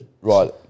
right